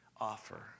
offer